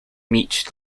meat